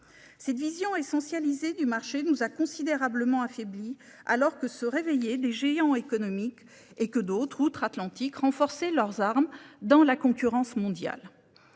Cette vision essentialisée du marché nous a considérablement affaiblis, alors que se réveillaient des géants économiques et que d'autres, outre-Atlantique, renforçaient leurs armes dans la concurrence mondiale.